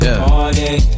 party